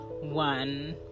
one